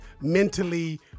mentally